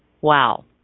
wow